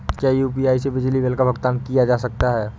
क्या यू.पी.आई से बिजली बिल का भुगतान किया जा सकता है?